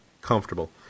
comfortable